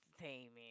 entertainment